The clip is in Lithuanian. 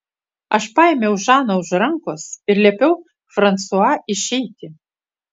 aš paėmiau žaną už rankos ir liepiau fransua išeiti